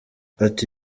ati